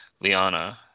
Liana